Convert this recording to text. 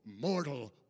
mortal